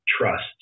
trust